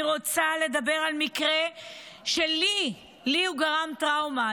אני רוצה לדבר על מקרה שלי, לי הוא גרם טראומה.